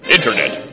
Internet